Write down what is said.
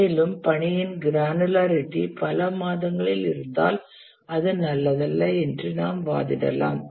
மேலும் பணியின் கிரானுலாரிட்டி பல மாதங்களில் இருந்தால் அது நல்லதல்ல என்று நாம் வாதிடலாம்